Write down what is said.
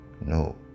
No